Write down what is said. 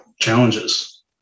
challenges